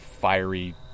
fiery